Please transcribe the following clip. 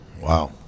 Wow